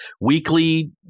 weekly